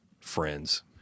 friends